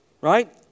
right